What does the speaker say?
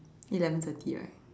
eleven thirty right